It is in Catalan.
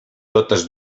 totes